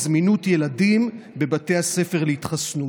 זמינות ילדים בבתי הספר להתחסנות,